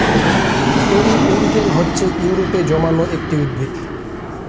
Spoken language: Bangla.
পেরিউইঙ্কেল হচ্ছে ইউরোপে জন্মানো একটি উদ্ভিদ